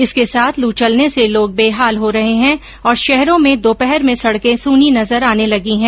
इसके साथ लू चलने से लोग बेहाल हो रहे हैं और शहरो में दोपहर में सड़कें सूनी नजर आने लगी हैं